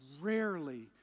rarely